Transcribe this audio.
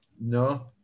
No